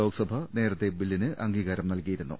ലോക്സഭ നേരത്തെ ബില്ലിന് അംഗീകാരം നൽകിയിരുന്നു